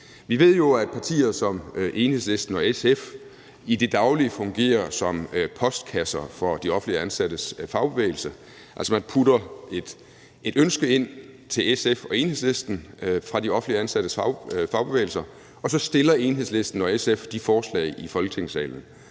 Vi ved jo, at partier som Enhedslisten og SF i det daglige fungerer som postkasser for de offentligt ansattes fagbevægelse. Altså, man putter et ønske ind til SF og Enhedslisten fra de offentligt ansattes fagbevægelser, og så fremsætter Enhedslisten og SF de forslag i Folketingssalen.